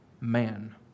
Man